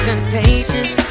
contagious